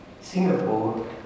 Singapore